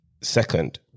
second